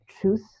truth